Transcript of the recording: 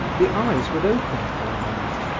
the eyes would open for a moment,